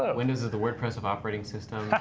windows is the wordpress operating systems.